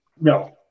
No